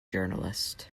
journalist